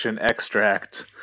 extract